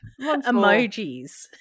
Emojis